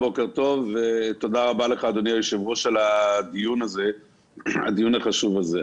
בוקר טוב ותודה רבה לך אדוני היושב ראש על הדיון החשוב הזה.